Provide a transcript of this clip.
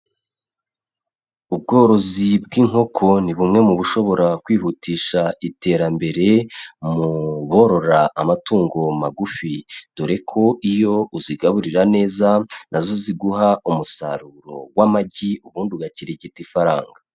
Ubworozi bw'inkoko ni bumwe mu bishobora kwihutisha iterambere mu borora amatungo magufi, dore ko iyo uzigaburira neza na zo ziguha umusaruro w'amagi ubundi ugakirigita ifaranga.